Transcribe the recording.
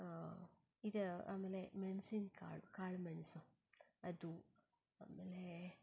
ಇದು ಆಮೇಲೆ ಮೆಣ್ಸಿನ ಕಾಳು ಕಾಳು ಮೆಣಸು ಅದು ಆಮೇಲೆ